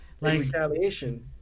retaliation